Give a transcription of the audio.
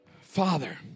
Father